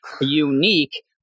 unique